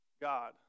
God